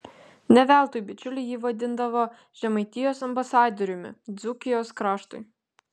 ne veltui bičiuliai jį vadindavo žemaitijos ambasadoriumi dzūkijos kraštui